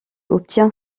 obtient